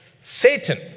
Satan